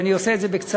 ואני אעשה את זה בקצרה,